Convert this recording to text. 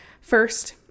first